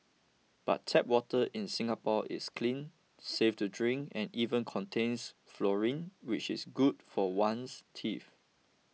but tap water in Singapore is clean safe to drink and even contains fluoride which is good for one's teeth